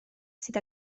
sydd